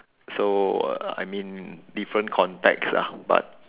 so uh I mean different context ah but